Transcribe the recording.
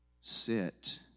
sit